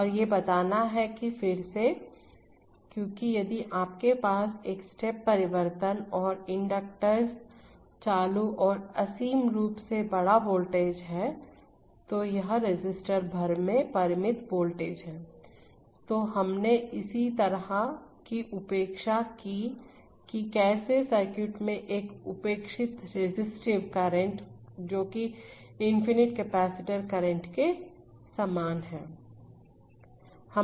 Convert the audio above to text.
और ये बनाता है और फिर से क्योंकि यदि आपके पास एक स्टेप परिवर्तन और इंन्डक्टर्स चालू और असीम रूप से बड़ा वोल्टेज है और यह रेसिस्टर भर में परिमित वोल्टेज है तो हमने इसी तरह की उपेक्षा की कि कैसे सर्किट में एक उपेक्षित रेस्टिव करंट जो की इनफिनिट कपैसिटर करंट के सामान हैं